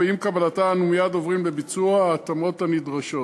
ועם קבלתה אנו מייד עוברים לביצוע ההתאמות הנדרשות.